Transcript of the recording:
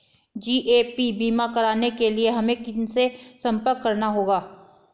GAP बीमा कराने के लिए हमें किनसे संपर्क करना होगा?